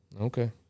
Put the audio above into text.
Okay